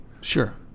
Sure